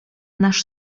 nasz